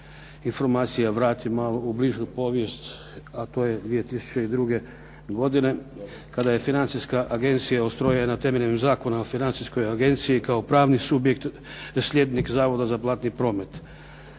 informacija vratim malo u bližu povijest a to je 2002. godine, kada je Financijska agencija ustrojena temeljem Zakona o financijskoj agenciji kao pravni slijednik Zavoda za platni promet.